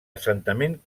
assentament